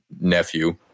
nephew